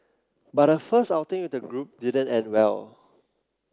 but her first outing with the group didn't end well